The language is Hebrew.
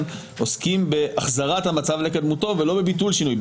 עוסקים בהחזרת המצב לקדמותו ולא בביטול שינוי.